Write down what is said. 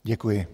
Děkuji.